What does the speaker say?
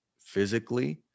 physically